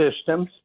systems